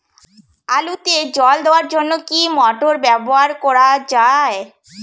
আলুতে জল দেওয়ার জন্য কি মোটর ব্যবহার করা যায়?